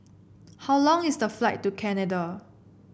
how long is the flight to Canada